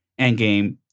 Endgame